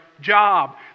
job